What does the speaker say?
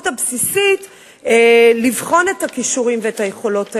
הבסיסית לבחון את הכישורים ואת היכולות האלה.